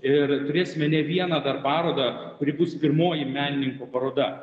ir turėsime ne vieną dar parodą kuri bus pirmoji menininko paroda